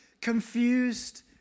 confused